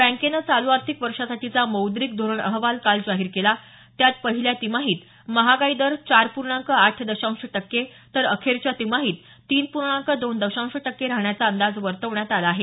बँकेनं चालू आर्थिक वर्षासाठीचा मौद्रीक धोरण अहवाल काल जाहीर केला त्यात पहिल्या तिमाहीत महागाई दर चार पूर्णांक आठ दशांश टक्के तर अखेरच्या तिमाहीत तीन पूर्णांक दोन दशांश टक्के राहण्याचा अंदाज वर्तवण्यात आला आहे